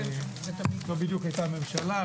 לא בדיוק הייתה ממשלה.